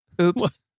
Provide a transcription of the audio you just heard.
Oops